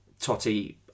Totti